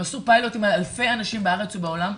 הם עשו פיילוט עם אלפי אנשים בארץ ובעולם.